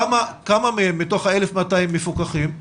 כמה מהם, מה-1,200 מפוקחים?